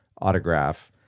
autograph